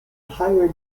higher